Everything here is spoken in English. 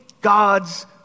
God's